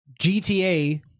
GTA